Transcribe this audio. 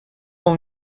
اون